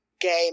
game